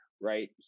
right